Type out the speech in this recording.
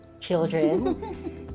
children